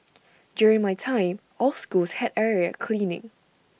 during my time all schools had area cleaning